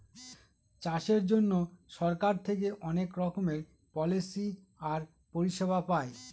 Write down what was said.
চাষের জন্য সরকার থেকে অনেক রকমের পলিসি আর পরিষেবা পায়